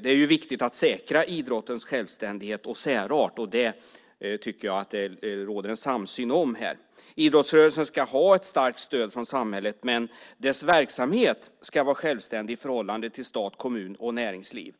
Det är viktigt att säkra idrottens självständighet och särart. Det råder det samsyn om här. Idrottsrörelsen ska ha ett starkt stöd från samhället, men dess verksamhet ska vara självständig i förhållande till stat, kommun och näringsliv.